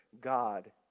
God